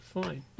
fine